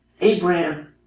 Abraham